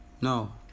No